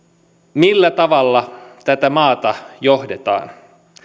millä tavalla tätä maata johdetaan